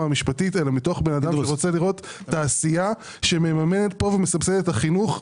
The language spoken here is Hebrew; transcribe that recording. המשפטית אלא כאשדם שרוצה לראות תעשייה שמממנת ומסבסדת את החינוך,